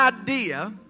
idea